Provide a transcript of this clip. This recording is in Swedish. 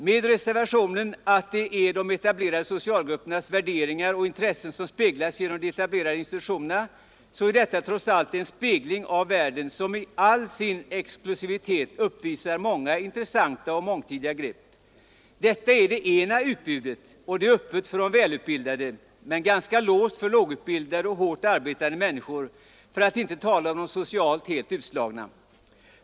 Med reservationen att det är de etablerade socialgruppernas värderingar och intressen som speglas genom de etablerade institutionerna, så är detta trots allt en spegling av världen som i all sin exklusivitet uppvisar många intressanta och mångtydiga grepp. Detta är det ena utbudet, och det är öppet för de välutbildade, men ganska låst för lågutbildade och hårt arbetande människor, för att inte tala om de socialt helt utslagna.